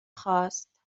خواست